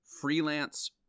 freelance